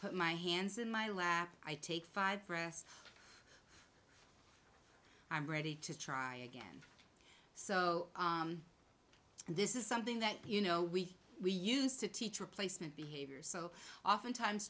put my hands in my lap i take five press i'm ready to try again so this is something that you know we we used to teach a replacement behavior so oftentimes